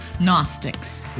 Gnostics